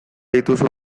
dituzu